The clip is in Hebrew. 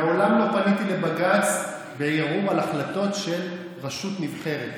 מעולם לא פניתי לבג"ץ בערעור על החלטות של רשות נבחרת,